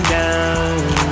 down